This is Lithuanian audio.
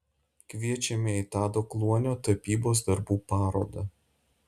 kviečiame į tado kluonio tapybos darbų parodą